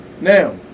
Now